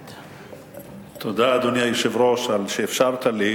תודה, אדוני היושב-ראש, על שאפשרת לי,